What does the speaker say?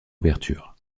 ouverture